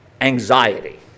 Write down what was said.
anxiety